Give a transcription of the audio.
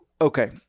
Okay